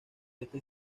este